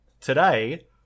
today